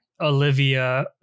olivia